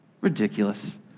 Ridiculous